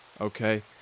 okay